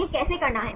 यह कैसे करना है